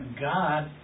God